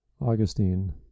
Augustine